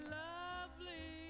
lovely